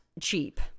cheap